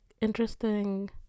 interesting